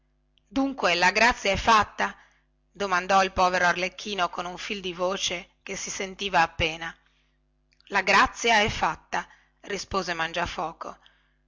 dunque la grazia è fatta domandò il povero arlecchino con un fil di voce che si sentiva appena la grazia è fatta rispose mangiafoco